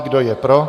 Kdo je pro?